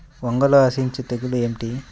వంగలో ఆశించు తెగులు ఏమిటి?